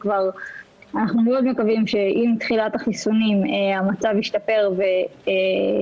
אנחנו מאוד מקווים שעם תחילת החיסונים המצב ישתפר והחיילים